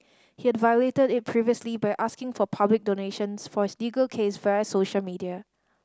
he had violated it previously by asking for public donations for his legal case via social media